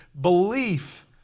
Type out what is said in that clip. Belief